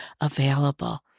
available